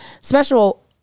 Special